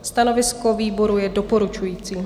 Stanovisko výboru je doporučující.